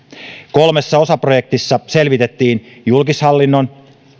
kolmessa osaprojektissa selvitettiin julkishallinnon